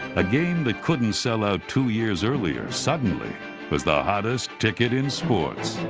a game that couldn't sell out two years earlier suddenly was the hottest ticket in sports.